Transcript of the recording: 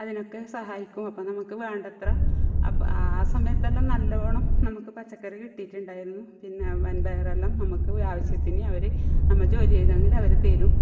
അതിനൊക്കെ സഹായിക്കും അപ്പം നമുക്ക് വേണ്ടത്ര ആ സമയത്തെല്ലാം നല്ലോണം നമുക്ക് പച്ചക്കറി കിട്ടിയിട്ടുണ്ടായിരുന്നു പിന്നെ വൻപയറെല്ലാം നമുക്ക് ആവശ്യത്തിന് അവർ നമ്മൾ ജോലി ചെയ്തെങ്കിൽ അവർ തരും